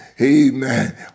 Amen